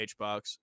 hbox